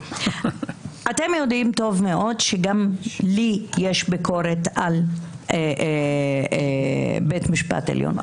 אתם יודעים טוב מאוד שגם לי יש ביקורת על בית המשפט העליון.